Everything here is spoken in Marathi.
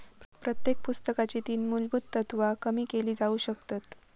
प्रत्येक पुस्तकाची तीन मुलभुत तत्त्वा कमी केली जाउ शकतत